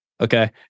Okay